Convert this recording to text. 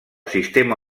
sistema